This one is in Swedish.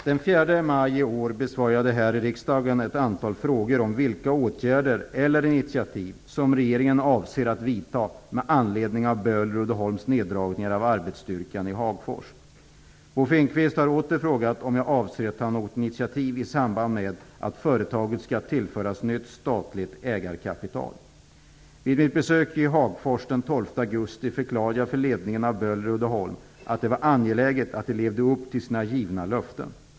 Fru talman! Den 4 maj i år besvarade jag här i riksdagen ett antal frågor om vilka åtgärder eller initiativ som regeringen avser att vidta med anledning av Böhler-Uddeholms neddragningar av arbetsstyrkan i Hagfors. Bo Finnkvist har åter frågat om jag avser att ta något initiativ i samband med att företaget skall tillföras nytt statligt ägarkapital. Vid mitt besök i Hagfors den 12 augusti förklarade jag för ledningen av Böhler-Uddeholm att det var angeläget att de levde upp till sina givna löften.